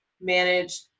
manage